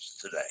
today